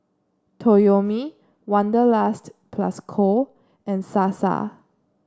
Toyomi Wanderlust Plus Co and Sasa